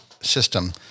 system